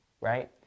Right